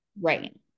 Right